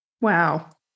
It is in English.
wow